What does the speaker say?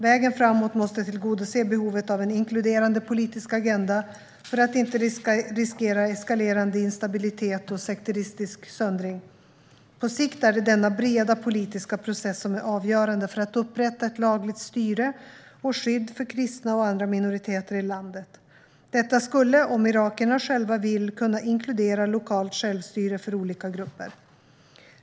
Vägen framåt måste tillgodose behovet av en inkluderande politisk agenda för att inte riskera eskalerande instabilitet och sekteristisk söndring. På sikt är det denna breda politiska process som är avgörande för att upprätta ett lagligt styre och skydd för kristna och andra minoriteter i landet. Detta skulle, om irakierna själva vill, kunna inkludera lokalt självstyre för olika grupper.